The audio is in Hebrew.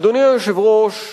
אדוני היושב-ראש,